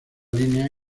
línea